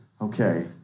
okay